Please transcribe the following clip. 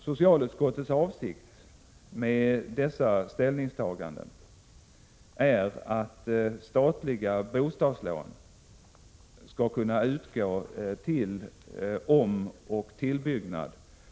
Socialutskottets avsikt med detta ställningstagande är att statliga bostadslån skall kunna utgå till omoch tillbyggnad och att statsbidrag skall kunna utgå från anslaget till social hemhjälp till personal i hem som uppfyller dessa krav.